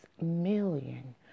million